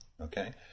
Okay